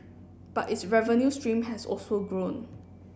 but its revenue stream has also grown